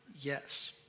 Yes